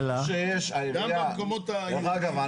דרך אגב,